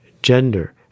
gender